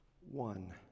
one